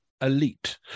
elite